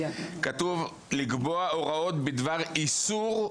כתוב לקבוע הוראות בדבר איסור,